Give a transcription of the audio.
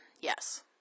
yes